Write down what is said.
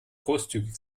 großzügig